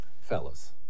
Fellas